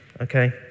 Okay